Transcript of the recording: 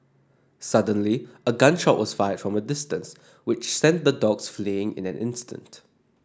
suddenly a gun shot was fired from a distance which sent the dogs fleeing in an instant